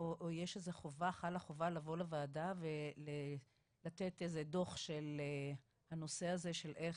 או חלה איזו חובה לבוא לוועדה ולתת איזה דוח של הנושא הזה של תצהיר,